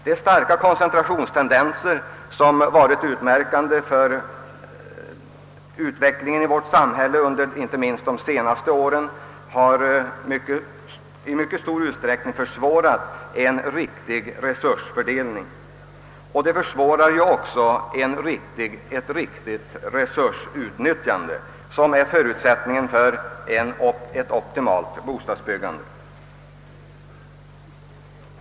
De starka koncentrationstendenser som kännetecknat utvecklingen i vårt land, inte minst under de senaste åren, har i hög grad försvårat en riktig resursfördelning liksom de också försvårat ett riktigt resursutnyttjande, som är förutsättningen för ett optimalt bostadsbyggande.